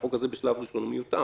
שהחוק הזה בשלב הראשוני הוא מיותר.